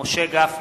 משה גפני,